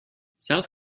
south